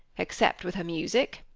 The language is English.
except with her music,